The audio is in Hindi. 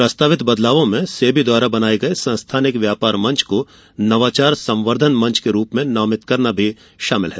प्रस्तावित बदलावों में सेबी द्वारा बनाये गये सस्थानिक व्यापार मंच को नवाचार संवर्द्वन मंच के रूप में नामित करना भी शामिल है